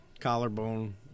collarbone